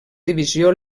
divisió